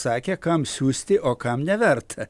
sakė kam siųsti o kam neverta